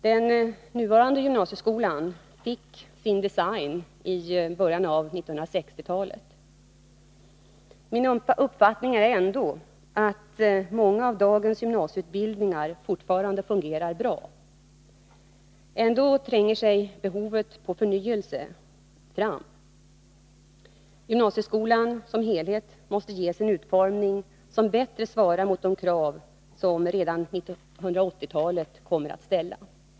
Den nuvarande gymnasieskolan fick sin design i början av 1960-talet. Min uppfattning är att många av dagens gymnasieutbildningar fortfarande fungerar bra. Ändå tränger sig behovet av förnyelse fram. Gymnasieskolan som helhet måste ges en utformning som bättre svarar mot de krav som redan 1980-talet kommer att ställa.